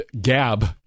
gab